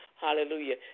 Hallelujah